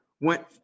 went